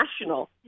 national